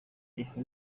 ifu